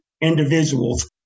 individuals